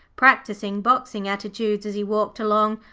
practising boxing attitudes as he walked along,